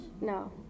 no